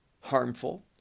harmful